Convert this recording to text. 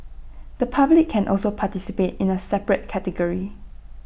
the public can also participate in A separate category